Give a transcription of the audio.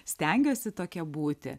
stengiuosi tokia būti